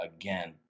again